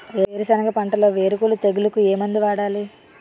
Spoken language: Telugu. వేరుసెనగ పంటలో వేరుకుళ్ళు తెగులుకు ఏ మందు వాడాలి?